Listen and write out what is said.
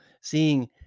seeing